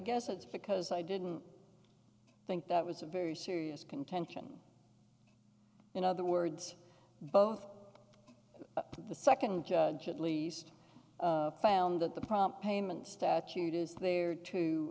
guess it's because i didn't think that was a very serious contention in other words both the second judge at least found that the prompt payment statute is there to